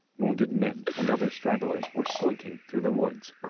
wounded men and other stragglers were slinking through the woods.